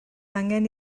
angen